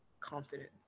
confidence